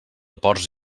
ports